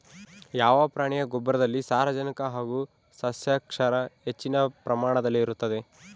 ಯಾವ ಪ್ರಾಣಿಯ ಗೊಬ್ಬರದಲ್ಲಿ ಸಾರಜನಕ ಹಾಗೂ ಸಸ್ಯಕ್ಷಾರ ಹೆಚ್ಚಿನ ಪ್ರಮಾಣದಲ್ಲಿರುತ್ತದೆ?